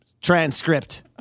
transcript